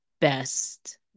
best